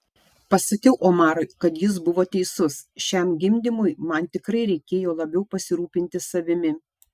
pasakiau omarui kad jis buvo teisus šiam gimdymui man tikrai reikėjo labiau pasirūpinti savimi